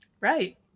Right